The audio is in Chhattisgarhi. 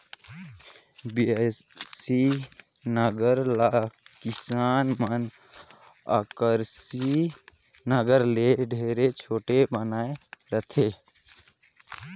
बियासी नांगर ल किसान मन अकरासी नागर ले ढेरे छोटे बनाए रहथे